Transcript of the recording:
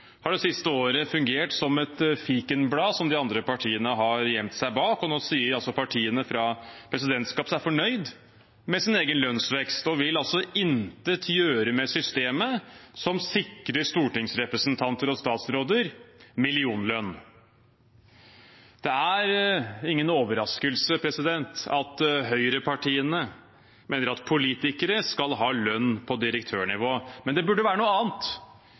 har det siste året fungert som et fikenblad som de andre partiene har gjemt seg bak, og nå sier altså partiene i presidentskapet seg fornøyd med sin egen lønnsvekst og vil intet gjøre med systemet, som sikrer stortingsrepresentanter og statsråder millionlønn. Det er ingen overraskelse at høyrepartiene mener at politikere skal ha lønn på direktørnivå, men det burde være noe annet